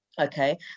Okay